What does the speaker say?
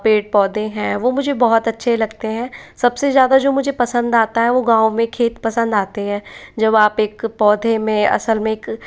पेड़ पौधे हैं वो मुझे बहुत अच्छे लगते हैं सबसे ज़्यादा जो मुझे पसंद आता है वो गाँव में खेत पसंद आते हैं जब आप एक पौधे में असल में एक